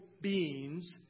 beings